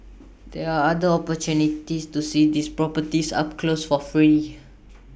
there are other opportunities to see these properties up close for free